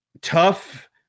tough